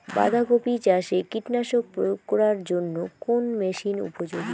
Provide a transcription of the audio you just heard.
বাঁধা কপি চাষে কীটনাশক প্রয়োগ করার জন্য কোন মেশিন উপযোগী?